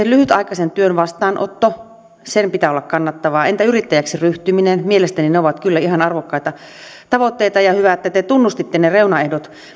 lyhytaikaisen työn vastaanotto kyllä sen pitää olla kannattavaa entä yrittäjäksi ryhtyminen mielestäni ne ovat kyllä ihan arvokkaita tavoitteita ja hyvä että te tunnustitte ne reunaehdot